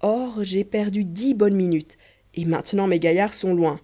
or j'ai perdu dix bonnes minutes et maintenant mes gaillards sont loin